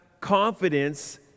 confidence